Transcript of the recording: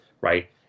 right